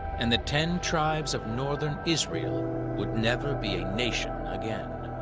and the ten tribes of northern israel would never be a nation again.